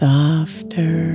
Softer